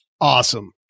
Awesome